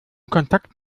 kontakt